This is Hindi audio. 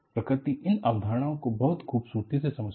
प्रकृति इन अवधारणाओं को बहुत खूबसूरती से समझती है